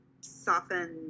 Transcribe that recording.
soften